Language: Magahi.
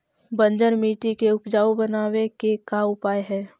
बंजर मट्टी के उपजाऊ बनाबे के का उपाय है?